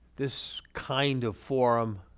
this kind of forum,